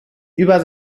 über